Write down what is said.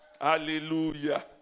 Hallelujah